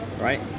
right